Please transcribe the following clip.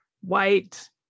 white